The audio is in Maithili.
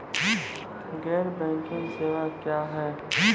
गैर बैंकिंग सेवा क्या हैं?